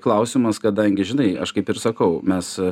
klausimas kadangi žinai aš kaip ir sakau mes